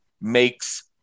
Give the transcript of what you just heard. makes